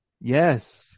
Yes